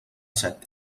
set